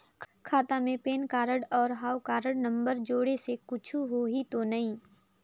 खाता मे PAN card और हव कारड नंबर जोड़े से कुछ होही तो नइ?